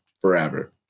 forever